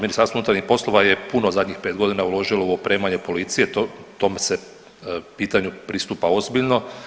Ministarstvo unutarnjih poslova je puno zadnjih pet godina uložilo u opremanje policije, tome se pitanju pristupa ozbiljno.